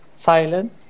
silent